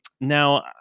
Now